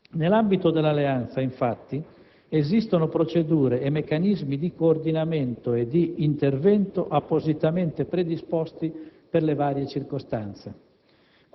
Nell'ambito dell'alleanza, infatti, esistono procedure e meccanismi di coordinamento e di intervento appositamente predisposti per le varie circostanze.